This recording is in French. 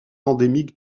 endémiques